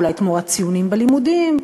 אולי תמורת ציונים בלימודים.